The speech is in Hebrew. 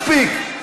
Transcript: מספיק.